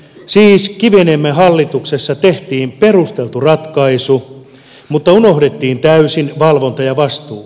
siis kiviniemen hallituksessa tehtiin perusteltu ratkaisu mutta unohdettiin täysin valvonta ja vastuu